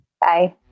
Bye